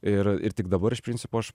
ir ir tik dabar iš principo aš